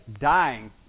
dying